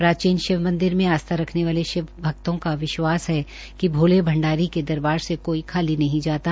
प्राचीन शिव मंदिर में आस्था रखने वाले शिवभक्तों का विश्वास है कि भोले भंडारी के दरबार से कोई खाली नही जाता